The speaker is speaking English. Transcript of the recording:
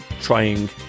trying